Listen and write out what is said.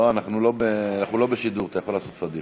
לא, כי אני שמעתי,